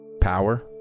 power